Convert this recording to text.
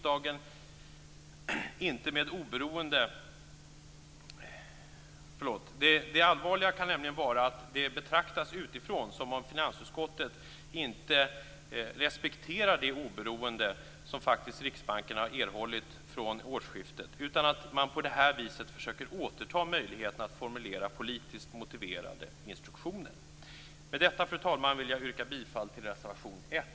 Det allvarliga är att det betraktas utifrån som att finansutskottet inte respekterar det oberoende som Riksbanken har erhållit från årsskiftet, utan att man på detta sätt försöker återta möjligheten att formulera politiskt motiverade instruktioner. Fru talman! Jag vill yrka bifall till reservation 1.